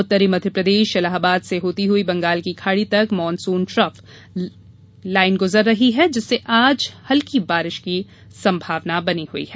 उत्तरी मध्यप्रदेश इलाहाबाद से होती हुई बंगाल की खाड़ी तक मानसून ट्रफ लाइन गुजर रही है जिससे आज हल्की बारिश की संभावना है